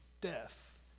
death